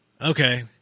okay